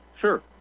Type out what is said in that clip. Sure